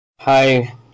Hi